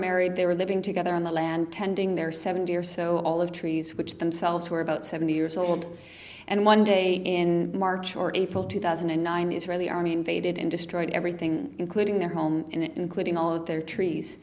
married they were living together on the land tending their seventy or so all of trees which themselves were about seventy years old and one day in march or april two thousand and nine the israeli army invaded and destroyed everything including their home including all of their trees